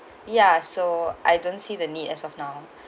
ya so I don't see the need as of now